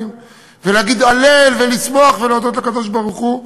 ולהגיד הלל ולשמוח ולהודות לקדוש-ברוך-הוא.